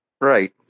Right